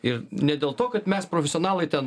ir ne dėl to kad mes profesionalai ten